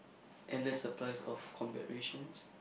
endless supplies of combat rations